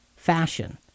fashion